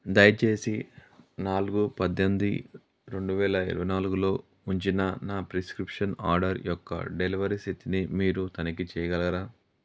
దయచేసి నాలుగు పద్దెనిమిది రెండు వేల ఇరవై నాలుగులో ఉంచిన నా ప్రిస్క్రిప్షన్ ఆర్డర్ యొక్క డెలివరీ స్థితిని మీరు తనిఖీ చేయగలరా